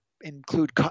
include